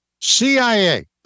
CIA